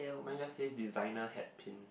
mine just say designer hat pin